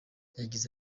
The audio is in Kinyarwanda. yagize